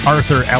Arthur